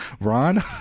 ron